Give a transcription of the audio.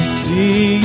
see